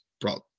brought